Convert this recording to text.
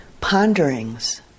ponderings